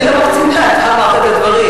אני לא מקצינה, אתה אמרת את הדברים.